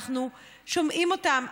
אנחנו שומעים אותן,